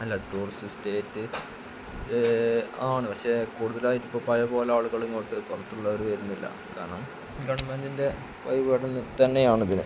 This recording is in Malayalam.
അല്ല ടൂറിസ്റ്റ് സ്റ്റേറ്റ് ആണ് പക്ഷെ കൂടുതലായി ഇപ്പോള് പഴയ പോലെ ആളുകളിങ്ങോട്ട് പുറത്തുള്ളവര് വരുന്നില്ല കാരണം ഗവൺമെൻറ്റിൻ്റെ കഴിവുകേട് തന്നെയാണിതിന്